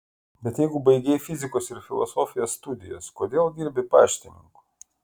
bet jeigu baigei fizikos ir filosofijos studijas kodėl dirbi paštininku